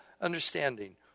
understanding